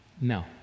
No